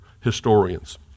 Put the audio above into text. historians